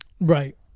Right